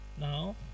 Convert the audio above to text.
now